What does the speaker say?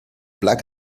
black